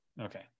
Okay